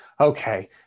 Okay